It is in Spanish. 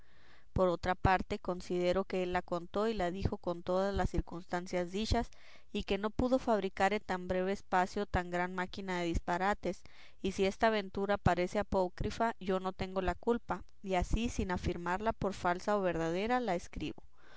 por otra parte considero que él la contó y la dijo con todas las circunstancias dichas y que no pudo fabricar en tan breve espacio tan gran máquina de disparates y si esta aventura parece apócrifa yo no tengo la culpa y así sin afirmarla por falsa o verdadera la escribo